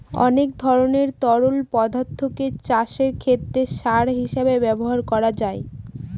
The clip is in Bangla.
অনেক ধরনের তরল পদার্থকে চাষের ক্ষেতে সার হিসেবে ব্যবহার করা যায়